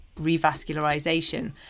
revascularization